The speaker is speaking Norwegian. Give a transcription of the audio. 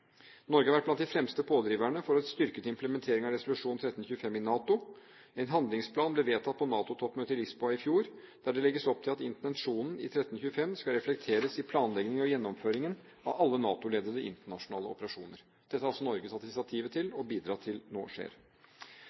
Norge har vært blant de fremste pådriverne for en styrket implementering av resolusjon 1325 i NATO. En handlingsplan ble vedtatt på NATO-toppmøtet i Lisboa i fjor, der det legges opp til at intensjonen i resolusjon 1325 skal reflekteres i planleggingen og gjennomføringen av alle NATO-ledede internasjonale operasjoner. Dette har altså Norge tatt initiativet til og bidratt til at skjer